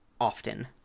often